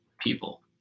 people